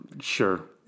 Sure